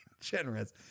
generous